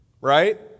Right